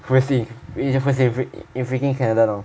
first thing first thing he in freaking canada thought